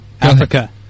Africa